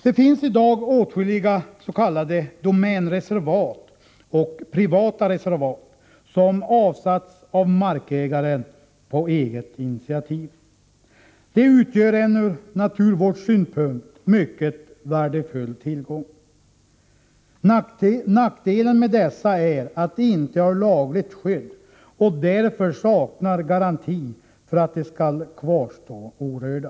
Det finns i dag åtskilliga s.k. domänreservat och privata reservat, som avsatts av markägaren på eget initiativ. De utgör en ur naturvårdssynpunkt mycket värdefull tillgång. Nackdelen med dessa reservat är att de inte har lagligt skydd, och därför saknas en garanti för att de skall kvarstå orörda.